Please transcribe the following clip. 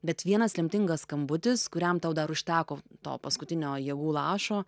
bet vienas lemtingas skambutis kuriam tau dar užteko to paskutinio jėgų lašo